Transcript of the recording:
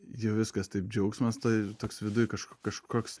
jau viskas taip džiaugsmas toj toks viduj kažku kažkoks